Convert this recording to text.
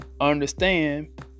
understand